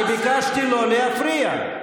אני ביקשתי לא להפריע.